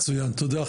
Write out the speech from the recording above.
מצוין, תודה.